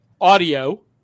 audio